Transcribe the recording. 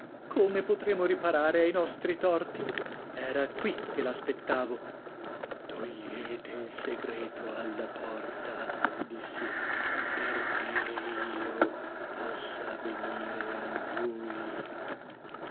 come potremo riparare ai nostri torti era qui che l'aspettavo togliete il segreto alla porta dissi perché io possa venire a voi